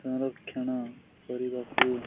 ସଂରକ୍ଷଣ କରିବାକୁ